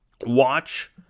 watch